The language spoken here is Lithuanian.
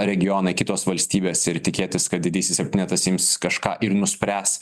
regionai kitos valstybės ir tikėtis kad didysis septynetas ims kažką ir nuspręs